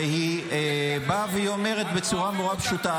והיא אומרת בצורה מאוד פשוטה